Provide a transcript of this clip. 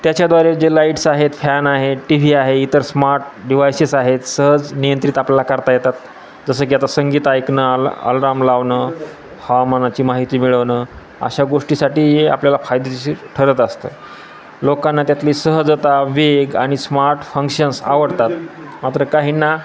त्याच्याद्वारे जे लाईट्स आहेत फॅन आहे टी व्ही आहे इतर स्मार्ट डिवायसेस आहेत सहज नियंत्रित आपल्याला करता येतात जसं की आता संगीत ऐकणं आल अलराम लावणं हवामानाची माहिती मिळवणं अशा गोष्टीसाठी आपल्याला फायदेशीर ठरत असतं लोकांना त्यातली सहजता वेग आणि स्मार्ट फंक्शन्स आवडतात मात्र काहीना